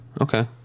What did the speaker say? okay